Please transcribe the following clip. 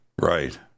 Right